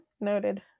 Noted